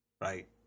Right